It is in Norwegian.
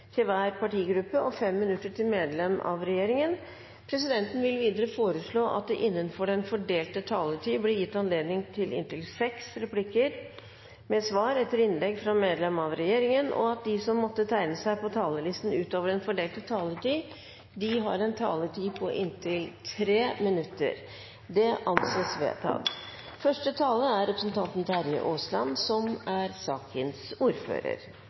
til hver partigruppe og 5 minutter til medlemmer av regjeringen. Videre vil presidenten foreslå at det – innenfor den fordelte taletid – blir gitt anledning til replikkordskifte på inntil seks replikker med svar etter innlegg fra medlemmer av regjeringen, og at de som måtte tegne seg på talerlisten utover den fordelte taletid, får en taletid på inntil 3 minutter. – Det anses vedtatt.